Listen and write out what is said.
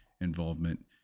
involvement